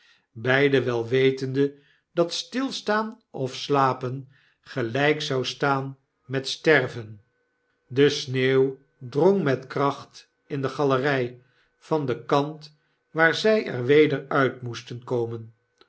wel weiende dat stilstaan of slapen gelyk zou staan met sterven de sneeuw drong met kracht in de galery van den kant waar zy er weder uit moesten komen